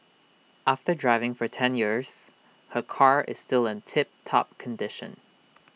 after driving for ten years her car is still in tip top condition